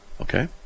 Okay